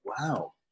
Wow